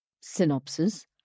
Synopsis